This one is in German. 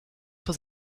für